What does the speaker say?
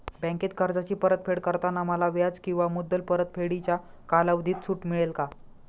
बँकेत कर्जाची परतफेड करताना मला व्याज किंवा मुद्दल परतफेडीच्या कालावधीत सूट मिळेल का?